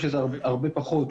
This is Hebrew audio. זה הרבה פחות,